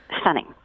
Stunning